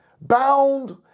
bound